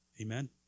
Amen